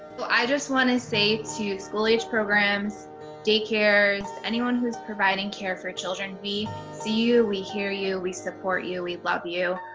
well i just want to and say to school-aged programs daycares anyone who's providing care for children we see you we hear you we support you we love you.